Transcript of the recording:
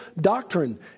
doctrine